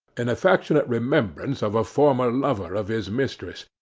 in affectionate remembrance of a former lover of his mistress,